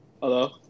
Hello